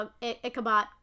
Ichabod